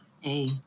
Hey